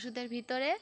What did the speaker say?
ওশুধের ভিতরে